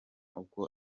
uko